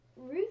Ruth